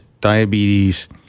diabetes